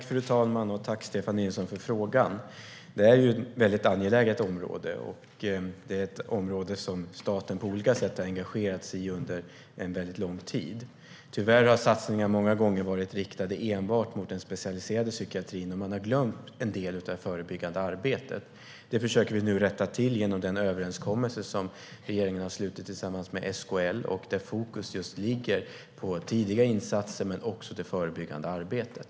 Fru talman! Jag tackar Stefan Nilsson för frågan i ett angeläget ämne som staten på olika sätt har engagerat sig i under lång tid. Tyvärr har satsningar många gånger varit riktade enbart mot den specialiserade psykiatrin, och man har glömt en del av det förebyggande arbetet. Det försöker vi rätta till genom den överenskommelse som regeringen har slutit med SKL. Här ligger fokus på just tidiga insatser och förebyggande arbete.